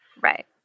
Right